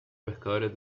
pescadores